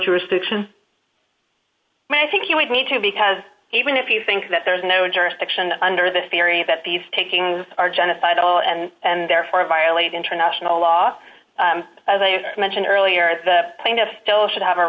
jurisdiction i think you would need to because even if you think that there is no jurisdiction under the theory that these takings are genocidal and and therefore violate international law as i mentioned earlier the plaintiff still should have a